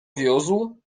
wiózł